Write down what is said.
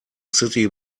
city